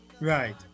Right